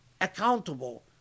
accountable